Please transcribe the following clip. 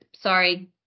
sorry